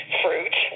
fruit